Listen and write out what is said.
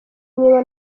niba